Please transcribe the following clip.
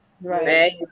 Right